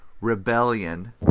Rebellion